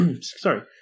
sorry